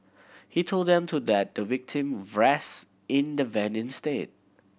he told them to let the victim rest in the van instead